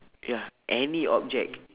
ya any object